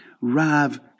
Rav